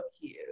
cute